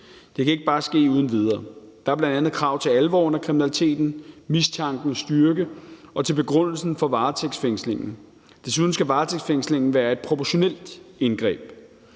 Det kan ikke bare ske uden videre. Der er bl.a. krav til alvoren af kriminaliteten, mistankens styrke og til begrundelsen for varetægtsfængslingen. Desuden skal varetægtsfængslingen være et proportionelt indgreb.